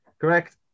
Correct